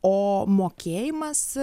o mokėjimas